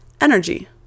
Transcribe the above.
energy